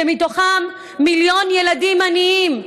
שמהם מיליון ילדים עניים.